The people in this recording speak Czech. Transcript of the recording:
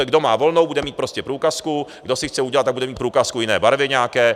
Kdo má volnou, bude mít prostě průkazku, kdo si chce udělat, tak bude mít průkazku jiné barvy nějaké.